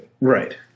Right